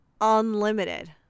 Unlimited